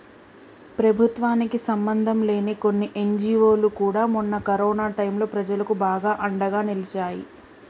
ప్రభుత్వానికి సంబంధంలేని కొన్ని ఎన్జీవోలు కూడా మొన్న కరోనా టైంలో ప్రజలకు బాగా అండగా నిలిచాయి